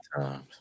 times